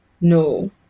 No